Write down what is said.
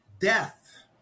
death